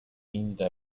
pinta